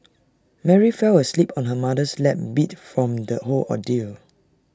Mary fell asleep on her mother's lap beat from the whole ordeal